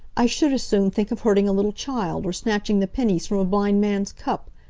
i should as soon think of hurting a little child, or snatching the pennies from a blind man's cup.